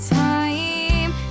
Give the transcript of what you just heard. time